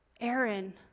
Aaron